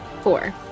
Four